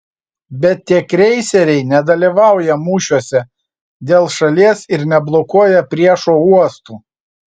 bet tie kreiseriai nedalyvauja mūšiuose dėl šalies ir neblokuoja priešo uostų